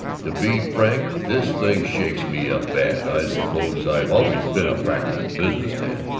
to be frank, this thing shakes me up bad. i suppose i've always been a practical business man.